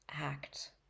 act